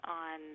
on